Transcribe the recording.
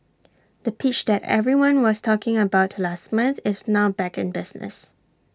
the pitch that everyone was talking about last month is now back in business